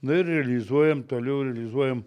na ir realizuojam toliau realizuojam